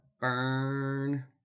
burn